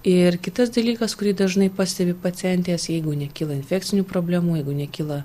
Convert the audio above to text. ir kitas dalykas kurį dažnai pastebi pacientės jeigu nekyla infekcinių problemų jeigu nekyla